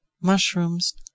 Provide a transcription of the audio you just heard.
mushrooms